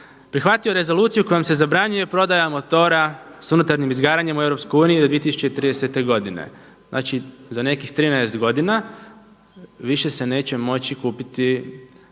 prihvatio rezoluciju kojom se zabranjuje prodaja motora sa unutarnjim izgaranjem u EU do 2030. godine. Znači za nekih 13 godina više se neće moći kupiti